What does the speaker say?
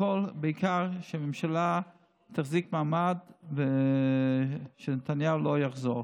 והכול בעיקר כדי שהממשלה תחזיק מעמד ושנתניהו לא יחזור.